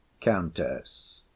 Countess